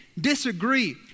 disagree